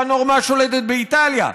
זו הנורמה השולטת באיטליה,